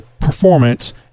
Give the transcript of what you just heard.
performance